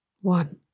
One